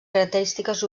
característiques